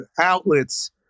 outlets